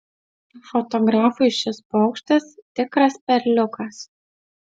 fotografui šis paukštis tikras perliukas